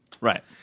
Right